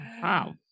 Wow